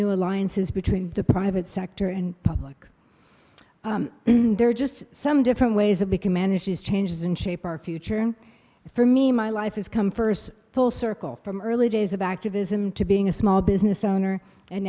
new alliances between the private sector and public and there are just some different ways of be can manage these changes and shape our future and for me my life has come first full circle from early days of activism to being a small business owner and